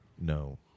No